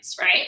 right